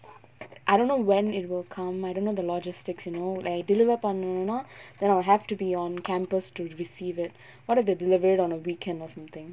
I don't know when it will come I don't know the logistics you know like deliver பண்ணனுனா:pannanunaa then I'll have to be on campus to receive it what if they deliver it on a weekend or something